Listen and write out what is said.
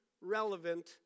relevant